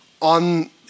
on